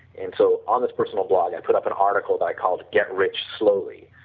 and so on this personal blog i put up an article that i called get rich slowly,